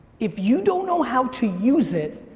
if you don't know how to use it,